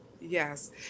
Yes